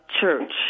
church